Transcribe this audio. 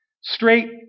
Straight